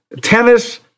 tennis –